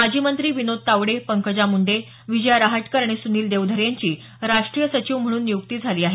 माजी मंत्री विनोद तावडे पंकजा मुंडे विजया रहाटकर आणि सुनील देवधर यांची राष्ट्रीय सचिव म्हणून नियुक्ती झाली आहे